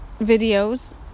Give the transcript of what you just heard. videos